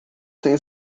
tenho